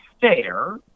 fair